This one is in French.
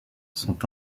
sont